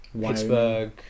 Pittsburgh